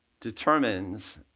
determines